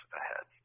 ahead